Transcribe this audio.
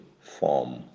form